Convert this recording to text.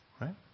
right